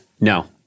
No